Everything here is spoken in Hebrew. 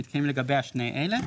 שמתקיימים לגבי שני אלה,